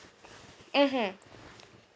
mmhmm